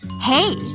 hey.